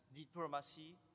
diplomacy